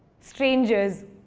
strangers,